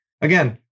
again